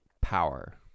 power